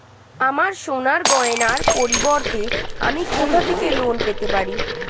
আমার সোনার গয়নার পরিবর্তে আমি কোথা থেকে লোন পেতে পারি?